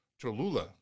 Cholula